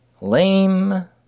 Lame